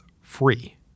free